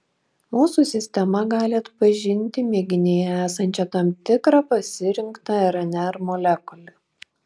mūsų sistema gali atpažinti mėginyje esančią tam tikrą pasirinktą rnr molekulę